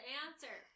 answer